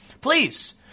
Please